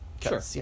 Sure